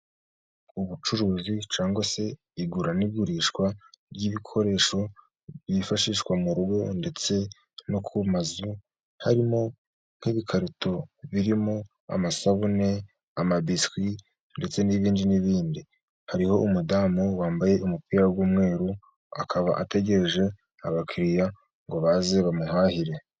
Ubucuruzi cyangwa se igura n'igurishwa ry'ibikoresho, byifashishwa mu rugo ndetse no ku mazu. Harimo nk'ibikarito birimo amasabune, amabiswi, ndetse n'ibindi hariho umudamu wambaye umupira w'umweru, akaba ategereje abakiriya, ngo baze bamuhahire.